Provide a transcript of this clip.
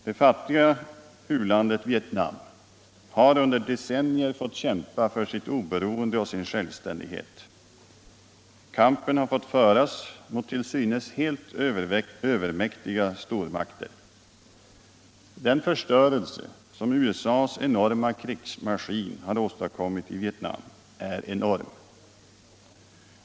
Det fattiga u-landet Vietnam har under decennier fått kämpa för sitt oberoende och sin självständighet. Kampen har fått föras mot till synes helt övermäktiga stormakter. Den förstörelse som genom USA:s enorma krigsmaskin har åstadkommits i Vietnam är oerhört stor.